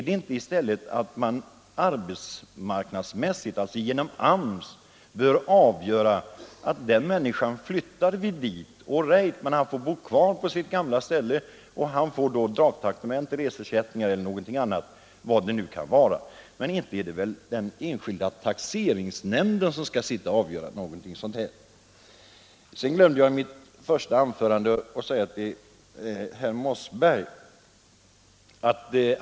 Det bör väl arbetsmarknadsmässigt genom AMS avgöras om en människa skall flyttas till en arbetsplats men få bo kvar på sitt gamla ställe och få dagtraktamente, reseersättning etc. Den enskilda taxeringsnämnden bör inte avgöra detta. Jag glömde i mitt första anförande att säga en sak till herr Mossberg.